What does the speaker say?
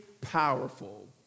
powerful